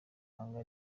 ibanga